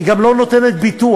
היא גם לא נותנת ביטוח,